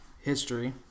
history